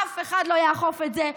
אף אחד לא יאכוף את זה,